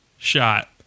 shot